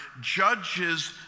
judges